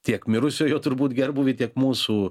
tiek mirusiojo turbūt gerbūvį tiek mūsų